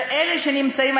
ואלה שנמצאים,